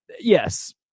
Yes